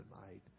tonight